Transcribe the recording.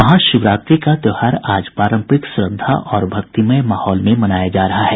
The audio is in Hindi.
महाशिवरात्रि का त्योहार आज पारम्परिक श्रद्धा और भक्तिमय माहौल में मनाया जा रहा है